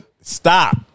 Stop